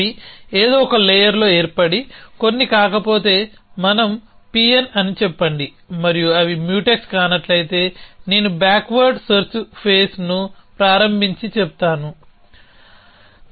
అవి ఏదో ఒక లేయర్లో ఏర్పడి కొన్ని కాకపోతే మనం Pn అని చెప్పండి మరియు అవి మ్యూటెక్స్ కానట్లయితే నేను బ్యాక్వర్డ్ సెర్చ్ ఫేస్ను ప్రారంభించి చెబుతాను